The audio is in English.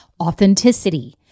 authenticity